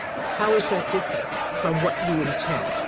how is that different from what you intend?